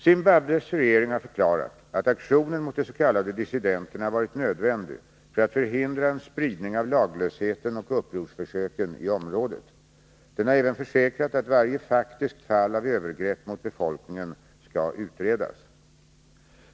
Zimbabwes regering har förklarat att aktionen mot de s.k. dissidenterna varit nödvändig för att förhindra en spridning av laglösheten och upprorsförsöken i området. Den har även försäkrat att varje faktiskt fall av övergrepp mot befolkningen skall utredas.